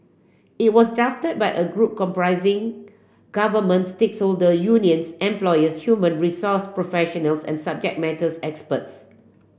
it was drafted by a group comprising government stakeholder unions employers human resource professional and subject matters experts